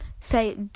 Say